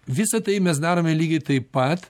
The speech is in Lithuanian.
visa tai mes darome lygiai taip pat